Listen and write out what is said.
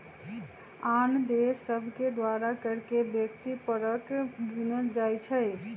आन देश सभके द्वारा कर के व्यक्ति परक गिनल जाइ छइ